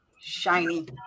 Shiny